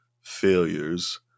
failures